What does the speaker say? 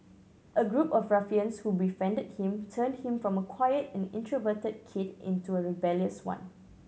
a group of ruffians who befriended him turned him from a quiet and introverted kid into a rebellious one